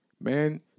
Man